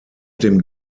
dem